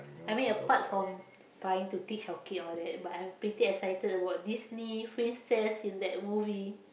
I mean apart from trying to teach our kid all that but I'm pretty excited about Disney princess in that movie